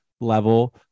level